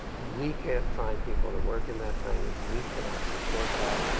we can't find people to work in that language. we cannot support that.